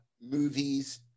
movies